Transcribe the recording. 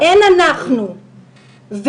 אין אנחנו ואתם.